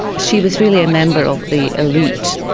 she was really a member of the elite.